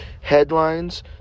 headlines